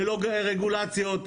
ללא רגולציות,